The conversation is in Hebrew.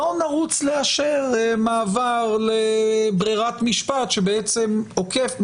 לא נרוץ לאשר מעבר לברירת משפט שבעצם עוקפת,